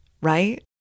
right